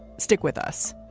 stick with us